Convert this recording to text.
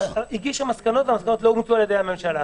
הגישו מסקנות והמסקנות לא בוצעו על-ידי הממשלה.